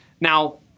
now